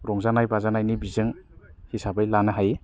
रंजानाय बाजानायनि बिजों हिसाबै लानो हायो